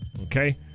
Okay